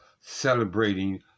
celebrating